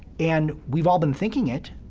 and we've all been thinking it,